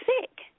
sick